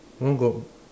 one got